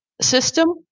system